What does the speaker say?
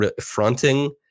fronting